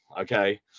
okay